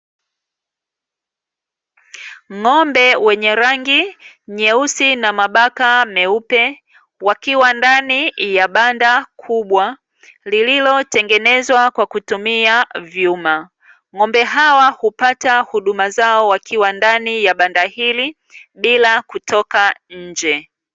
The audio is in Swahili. Ng'ombe wenye rangi nyeusi na mabaka meupe, wakiwa ndani ya banda kubwa lililotengenezwa kwa kutumia vyuma. Ng'ombe hawa hupata huduma huduma zao wakiwa ndani ya banda hili bila kutoka nje.